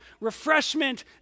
refreshment